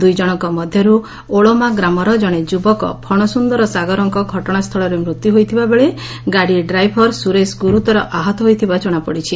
ଦୁଇଜଣଙ୍କ ମଧ୍ୟରୁ ଓଳମା ଗ୍ରାମର ଜଣେ ଯୁବକ ଫଣସ୍ୱନ୍ଦର ସାଗରଙ୍କ ଘଟଣାସ୍ସୁଳରେ ମୃତ୍ଧ୍ ହୋଇଥିବାବେଳେ ଗାଡ଼ି ଡ୍ରାଇଭର ସୁରେଶ ଗୁରୁତର ଆହତ ହୋଇଥିବା ଜଣାପଡ଼ିଛି